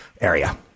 area